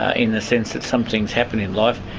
ah in the sense that some things happen in life,